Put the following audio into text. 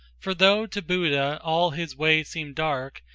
for though to buddha all his way seemed dark,